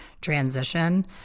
transition